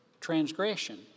transgression